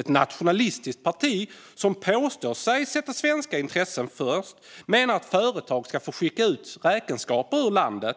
Ett nationalistiskt parti som påstår sig sätta svenska intressen främst menar att företag ska få skicka räkenskaper